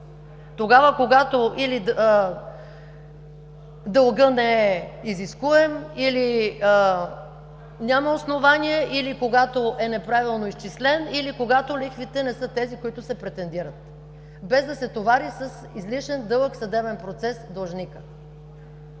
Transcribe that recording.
тогава, когато или дългът не е изискуем, или няма основание, или когато е неправилно изчислен, или когато лихвите не са тези, които се претендират, без да се товари с излишен дълъг съдебен процес длъжникът.